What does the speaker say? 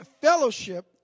fellowship